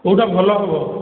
କୋଉଟା ଭଲ ହେବ